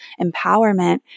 empowerment